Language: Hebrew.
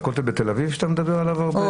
על הכותל בתל אביב שאתה מדבר עליו הרבה?